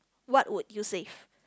what would you save